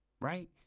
Right